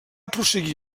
prosseguí